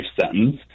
sentence